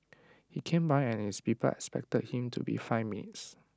he came by and his people expected him to be five minutes